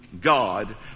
God